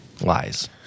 lies